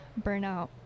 burnout